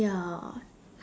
ya